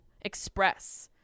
express